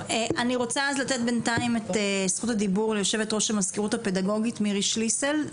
אני רוצה לתת את זכות הדיבור ליושבת-ראש המזכירות הפדגוגית מירי שליסל,